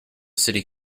city